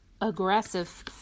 aggressive